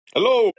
Hello